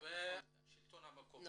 והשלטון המקומי,